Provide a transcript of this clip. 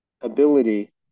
ability